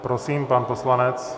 Prosím, pan poslanec.